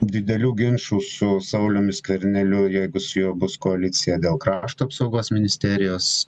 didelių ginčų su sauliumi skverneliu jeigu su juo bus koalicija dėl krašto apsaugos ministerijos